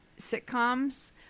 sitcoms